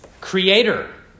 Creator